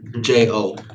J-O